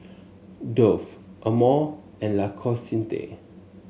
Dove Amore and L'Occitane